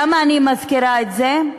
למה אני מזכירה את זה?